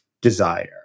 desire